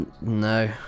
No